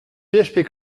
php